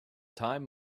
time